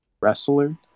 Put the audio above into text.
wrestler